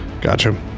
Gotcha